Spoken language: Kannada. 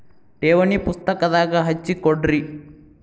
ಠೇವಣಿ ಪುಸ್ತಕದಾಗ ಹಚ್ಚಿ ಕೊಡ್ರಿ